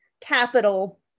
capital